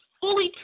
fully